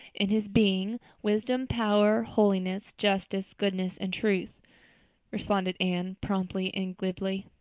in his being, wisdom, power, holiness, justice, goodness, and truth responded anne promptly and glibly.